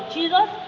Jesus